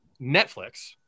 Netflix